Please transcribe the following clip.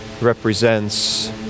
represents